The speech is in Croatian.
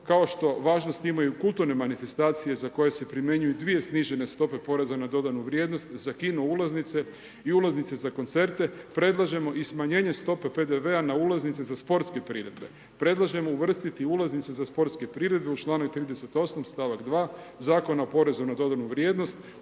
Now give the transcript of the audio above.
kao što važnost imaju kulturne manifestacije za koje se primjenjuju dvije snižene stope poreza na dodanu vrijednost za kino ulaznice i ulaznice za koncerte predlažemo i smanjenje stope PDV-a na ulaznice za sportske priredbe. Predlažemo uvrstiti i ulaznice za sportske priredbe u članak 38. stavak 2. Zakona o porezu na dodanu vrijednost